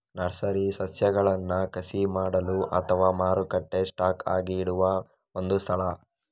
nursery ಸಸ್ಯಗಳನ್ನ ಕಸಿ ಮಾಡಲು ಅಥವಾ ಮಾರಾಟಕ್ಕೆ ಸ್ಟಾಕ್ ಆಗಿ ಇಡುವ ಒಂದು ಸ್ಥಳ